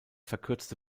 verkürzte